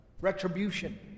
Retribution